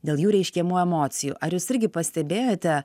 dėl jų reiškiamų emocijų ar jūs irgi pastebėjote